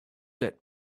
let